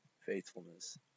faithfulness